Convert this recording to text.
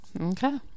Okay